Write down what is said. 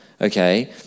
okay